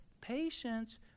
Patience